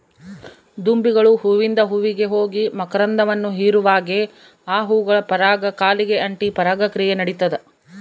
ದುಂಬಿಗಳು ಹೂವಿಂದ ಹೂವಿಗೆ ಹೋಗಿ ಮಕರಂದವನ್ನು ಹೀರುವಾಗೆ ಆ ಹೂಗಳ ಪರಾಗ ಕಾಲಿಗೆ ಅಂಟಿ ಪರಾಗ ಕ್ರಿಯೆ ನಡಿತದ